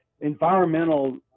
environmental